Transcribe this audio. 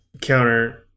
Counter